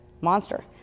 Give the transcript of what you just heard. monster